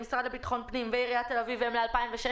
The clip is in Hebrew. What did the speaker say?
של המשרד לביטחון פנים ועיריית תל אביב הם מ-2016?